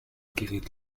geriet